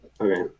Okay